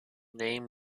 name